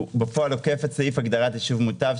בפועל עוקף את סעיף הגדרת "ישוב מוטב",